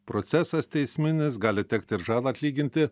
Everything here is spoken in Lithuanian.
procesas teisminis gali tekti ir žalą atlyginti